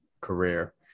career